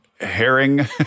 herring